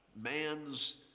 man's